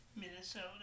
Minnesota